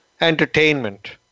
entertainment